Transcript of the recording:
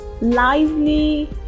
lively